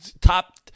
top